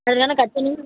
அதில்தான கத்தணும்